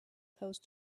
post